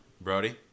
Brody